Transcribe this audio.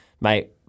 Mate